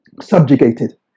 subjugated